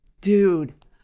dude